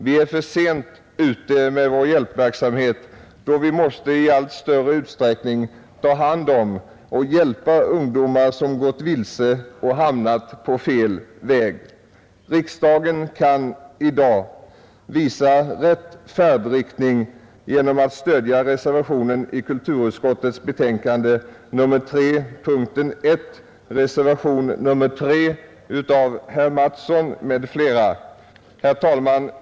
Vi är för sent ute med vår hjälpverksamhet, då vi i allt större utsträckning måste ta hand om och hjälpa ungdom som gått vilse och hamnat på fel väg. Riksdagen kan i dag visa rätta färdriktningen genom att stödja reservationen 3 av herr Mattsson i Lane-Herrestad m.fl. Herr talman!